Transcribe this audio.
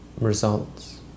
results